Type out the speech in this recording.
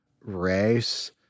race